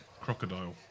crocodile